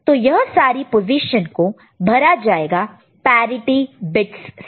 तो यह सारी पोजीशन को भरा जाएगा पैरिटि बिट्स से